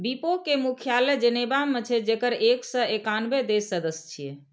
विपो के मुख्यालय जेनेवा मे छै, जेकर एक सय एकानबे देश सदस्य छियै